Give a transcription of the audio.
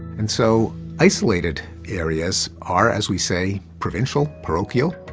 and so isolated areas are, as we say, provincial, parochial.